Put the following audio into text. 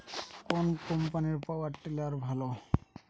কোন কম্পানির power tiller ভালো?